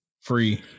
free